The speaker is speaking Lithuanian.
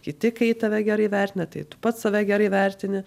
kiti kai tave gerai vertina tai tu pats save gerai vertini